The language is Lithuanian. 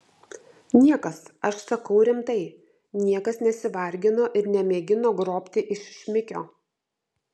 niekas aš sakau rimtai niekas nesivargino ir nemėgino grobti iš šmikio